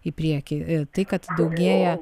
į priekį tai kad daugėja